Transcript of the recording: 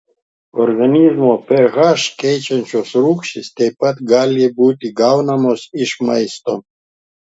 organizmo ph keičiančios rūgštys taip pat gali būti gaunamos iš maisto